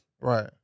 right